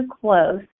close